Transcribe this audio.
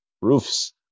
roofs